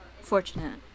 fortunate